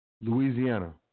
Louisiana